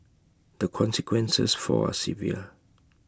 the consequences for are severe